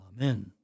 Amen